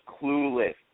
clueless